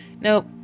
nope